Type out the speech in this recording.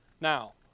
Now